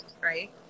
right